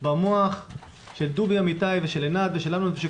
במוח של דובי אמיתי ושל עינת ושל אמנון ושל